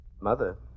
Mother